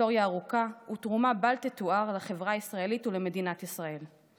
היסטוריה ארוכה ותרומה בל תתואר לחברה הישראלית ולמדינת ישראל.